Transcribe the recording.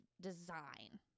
design